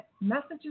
Messages